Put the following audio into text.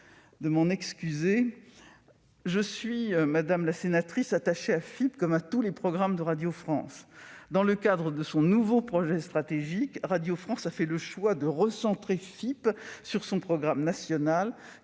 propos. Madame la sénatrice, je suis attachée à Fip, comme à tous les programmes de Radio France. Dans le cadre de son nouveau projet stratégique, Radio France a fait le choix de recentrer Fip sur son programme national,